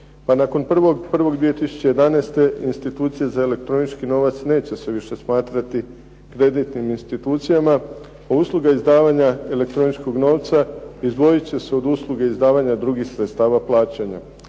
Pa nakon 01.01.2011. institucije za elektronički novac neće se više smatrati kreditnim institucijama, a usluga izdavanja elektroničkog novca izdvojit će se od usluge izdavanja drugih sredstava plaćanja.